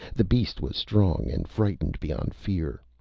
the beast was strong, and frightened beyond fear.